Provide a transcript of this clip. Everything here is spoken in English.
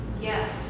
Yes